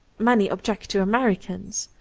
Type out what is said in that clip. many object to americans.